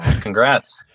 Congrats